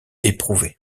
éprouvé